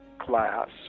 class